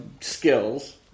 skills